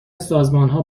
سازمانها